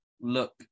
look